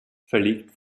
verlegt